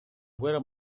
guerra